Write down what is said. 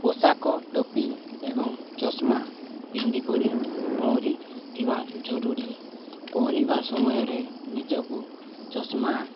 ପୋଷାକ ଟୋପି ଏବଂ ଚଷମା ପିନ୍ଧିକରି ପହଁରିଥିବା ଜରୁରୀ ପହଁରିବା ସମୟରେ ନିଜକୁ ଚଷମା